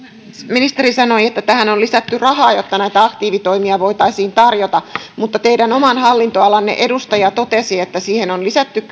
ministeri sanoi että tähän on lisätty rahaa jotta näitä aktiivitoimia voitaisiin tarjota mutta teidän oman hallintoalanne edustaja totesi että siihen on lisätty